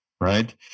right